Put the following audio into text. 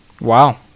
Wow